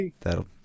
that'll